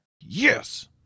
Yes